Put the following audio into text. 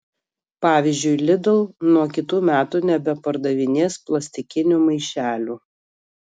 pavyzdžiui lidl nuo kitų metų nebepardavinės plastikinių maišelių